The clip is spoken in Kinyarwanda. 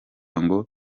ngo